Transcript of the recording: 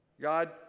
God